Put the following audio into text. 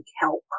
help